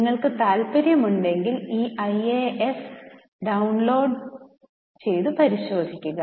നിങ്ങൾക്ക് താൽപ്പര്യമുണ്ടെങ്കിൽ ഈ ഐഎഎസ് ഡ ഡൌൺലോഡ് ചെയ്തു പരിശോധിക്കുക